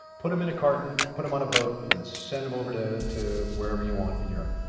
put em in a carton, put em on a boat and send em over to to wherever you want in europe?